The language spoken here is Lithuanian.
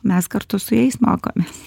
mes kartu su jais mokomės